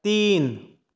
तीन